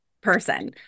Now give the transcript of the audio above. person